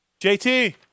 JT